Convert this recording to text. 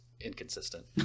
inconsistent